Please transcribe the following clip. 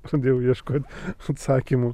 pradėjau ieškot atsakymų